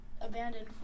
abandoned